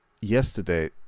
yesterday